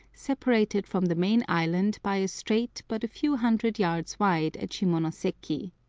separated from the main island by a strait but a few hundred yards wide at shimonoseki.